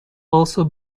also